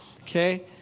Okay